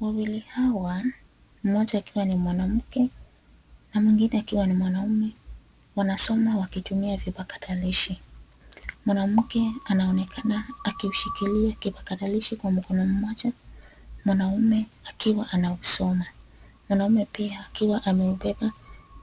Wawili hawa, mmoja akiwa ni mwanamke, na mwingine akiwa mwanaume, wanasoma wakitumia vipakatilishi, mwanamke, anaonekana, akiushikilia kipakatilishi kwa mkono mmoja, mwanaume, akiwa anausoma, mwanaume pia akiwa ameubeba,